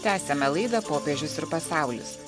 tęsiame laidą popiežius ir pasaulis